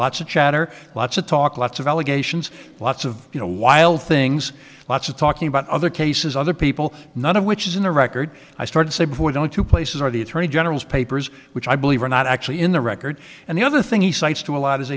lots of chatter lots of talk lots of allegations lots of you know wild things lots of talking about other cases other people none of which is in the record i started say before going to places where the attorney general's papers which i believe are not actually in the record and the other thing he cites to a lot